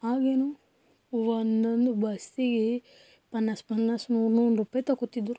ಆಗೇನು ಒಂದೊಂದು ಬಸ್ಸಿಗೆ ಪನ್ನಾಸು ಪನ್ನಾಸು ನೂನೂನೂರುಪಾಯಿ ತೊಗೊತಿದ್ರು